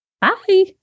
Bye